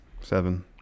Seven